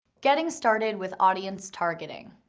getting started with audience targeting.